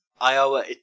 Iowa